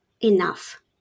enough